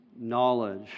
knowledge